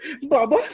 Baba